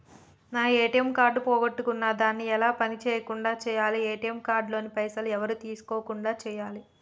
నా ATM card పోగొట్టుకున్నా దాన్ని ఎలా పని చేయకుండా చేయాలి ఏ.టి.ఎమ్ కార్డు లోని పైసలు ఎవరు తీసుకోకుండా చేయాలి?